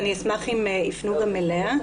אשמח אם יפנו גם אליה.